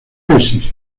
tesis